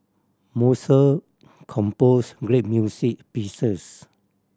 Mozart composed great music pieces